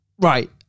right